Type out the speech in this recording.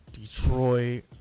Detroit